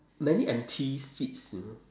many empty seats you know